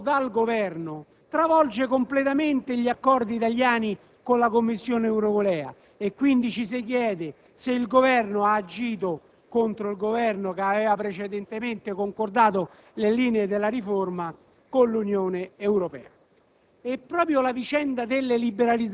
Quindi, il testo proposto dal Governo stravolge completamente gli accordi italiani con la Commissione europea, pertanto ci si chiede se questo Governo abbia agito contro il precedente Governo, che aveva concordato le linee della riforma con l'Unione Europea.